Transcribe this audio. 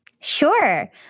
Sure